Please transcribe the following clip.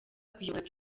kuyobora